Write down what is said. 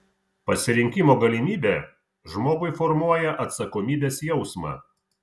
pasirinkimo galimybė žmogui formuoja atsakomybės jausmą